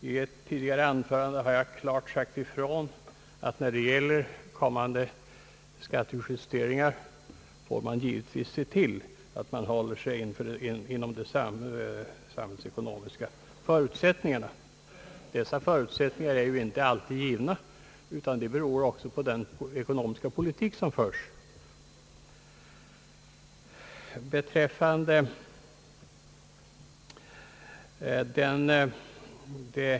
I ett tidigare anförande har jag klart sagt ifrån, att när det gäller kommande skattejusteringar får man givetvis noga ta hänsyn till de samhällsekonomiska förutsättningarna. Dessa är ju inte alltid givna utan beror också på den ekonomiska politik som förs.